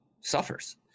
suffers